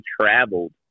traveled